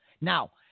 Now